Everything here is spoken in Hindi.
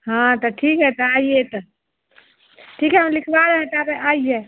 हाँ तो ठीक है तो आइए तो ठीक है हम लिखवा रहें ताबे आइए